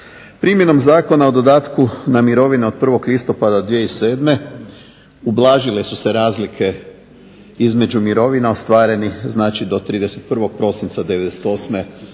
Primjenom Zakona o dodatku na mirovine od 1.listopada 2007. ublažile su se razlike između mirovina ostvarenih do 31.prosinca 1998.